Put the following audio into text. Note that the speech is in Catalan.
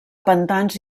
pantans